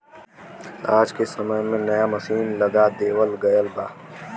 आज के समय में नया मसीन लगा देवल गयल बा